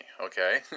Okay